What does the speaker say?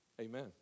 Amen